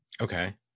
Okay